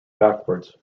backwards